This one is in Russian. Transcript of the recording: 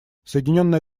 соединенное